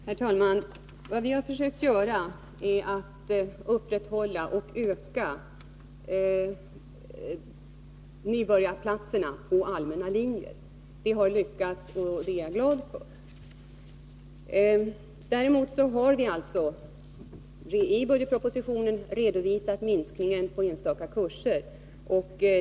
Herr talman! Vad vi har försökt att göra är att upprätthålla och även öka — handledare vid antalet nybörjarplatser på allmänna linjer. Vi har lyckats, och det är jag glad över. utbildningar Däremot har vi i budgetpropositionen redovisat en minskning när det gäller antagningen till enstaka kurser.